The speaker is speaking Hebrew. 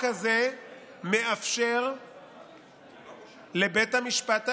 החוק הזה מאפשר לבית המשפט העליון,